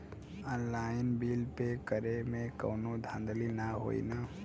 Online bill pay करे में कौनो धांधली ना होई ना?